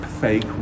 fake